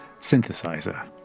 synthesizer